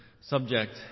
subject